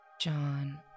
John